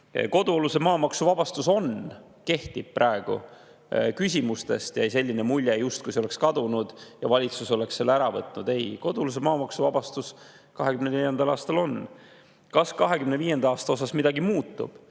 Kodualuse maa maksuvabastus on, kehtib praegu. Küsimustest jäi selline mulje, justkui see oleks kadunud ja valitsus oleks selle ära võtnud. Ei, kodualuse maa maksuvabastus 2024. aastal on. Kas 2025. aastal midagi muutub?